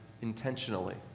intentionally